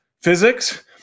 physics